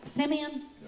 Simeon